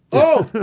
oh,